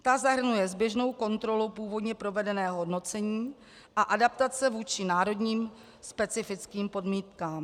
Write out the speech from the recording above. Ta zahrnuje zběžnou kontrolu původně provedeného hodnocení a adaptace vůči národním specifickým podmínkám.